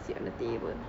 sit at the table